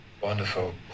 Wonderful